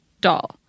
doll